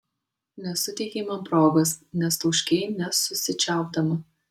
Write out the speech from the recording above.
nesuteikei man progos nes tauškei nesusičiaupdama